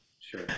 sure